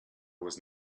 was